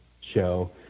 show